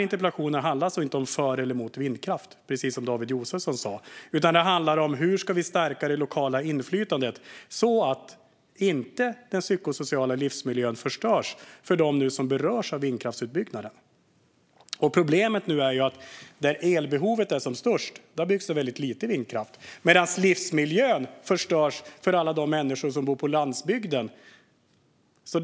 Interpellationen handlar alltså inte om att vara för eller emot vindkraft, precis som David Josefsson sa, utan det handlar om hur vi ska stärka det lokala inflytandet så att inte den psykosociala livsmiljön förstörs för dem som berörs av vindkraftsutbyggnaden. Problemet nu är att där elbehovet är som störst byggs det väldigt lite vindkraft, medan livsmiljön förstörs för alla de människor som bor på landsbygden.